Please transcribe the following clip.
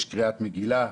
יש קריאת מגילה.